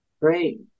Great